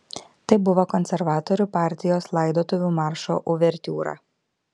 tai buvo konservatorių partijos laidotuvių maršo uvertiūra